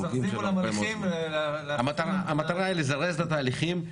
מזרזים מולם הליכים --- המטרה היא לזרז את התהליכים,